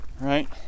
right